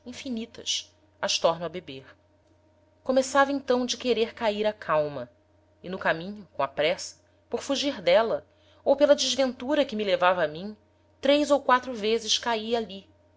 infinitas as torno a beber começava então de querer cair a calma e no caminho com a pressa por fugir d'éla ou pela desventura que me levava a mim três ou quatro vezes caí ali